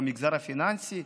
במגזר הפיננסי.